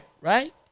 Right